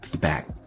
back